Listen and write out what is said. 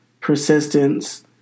persistence